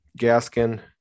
Gaskin